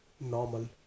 normal